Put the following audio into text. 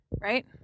Right